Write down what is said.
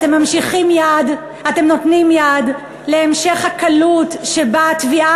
אתם נותנים יד להמשך הקלות שבה התביעה